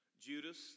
Judas